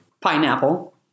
pineapple